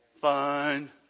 Fine